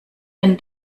denn